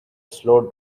slow